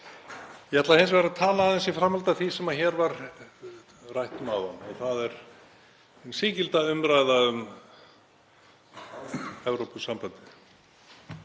Ég ætla hins vegar að tala aðeins í framhaldi af því sem hér var rætt um áðan. Það er hin sígilda umræða um Evrópusambandið.